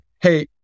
hey